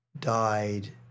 died